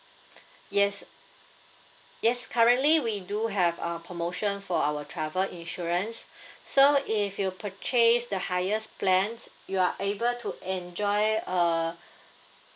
yes yes currently we do have uh promotion for our travel insurance so if you purchase the highest plans you are able to enjoy a